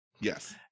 Yes